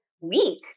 week